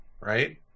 right